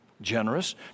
generous